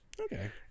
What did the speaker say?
Okay